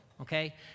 okay